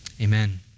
amen